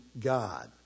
God